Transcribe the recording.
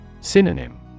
Synonym